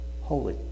holy